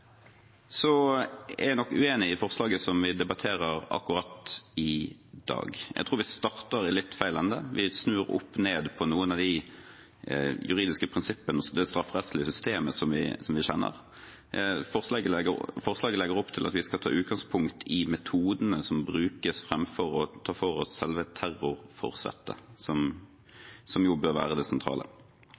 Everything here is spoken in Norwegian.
Så er jeg nok uenig i forslaget som vi debatterer akkurat i dag. Jeg tror vi starter i litt feil ende. Vi snur opp ned på noen av de juridiske prinsippene og det strafferettslige systemet som vi kjenner. Forslaget legger opp til at vi skal ta utgangspunkt i metodene som brukes, framfor å ta for oss selve terrorforsettet, som jo bør være det sentrale.